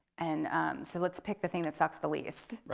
and so let's pick the thing that sucks the least,